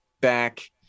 back